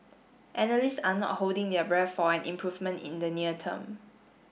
analysts are not holding their breath for an improvement in the near term